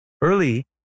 early